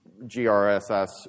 GRSS